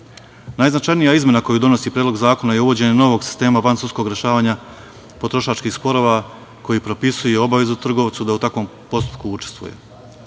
mogućnosti. Najznačajnija izmena koju donosi predlog zakona je uvođenje novog sistema vansudskog rešavanja potrošačkih sporova koji propisuje obavezu trgovcu da u takvom postupku učestvuje.